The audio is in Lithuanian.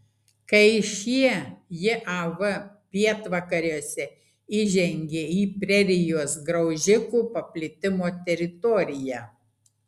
kai šie jav pietvakariuose įžengė į prerijos graužikų paplitimo teritoriją